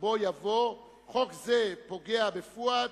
חוק זה פוגע בפואד